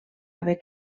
haver